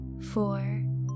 four